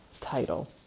title